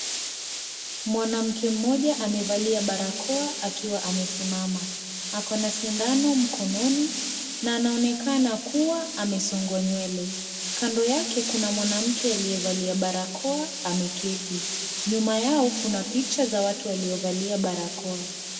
Mwanaume mmoja amevalia barakoa akiwa amesimama. Ako na sindano mkononi na anaonekana kuwa amesongwa nywele. Kando yake kuna mwanamke aliyevalia barakoa ameketi. Nyuma yao kuna picha ya watu waliovalia barakoa.